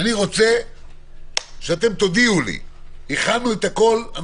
אני רוצה שתודיעו לי: הכנו את הכול,